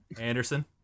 Anderson